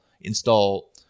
install